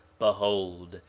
behold,